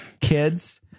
kids